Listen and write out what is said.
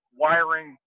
wiring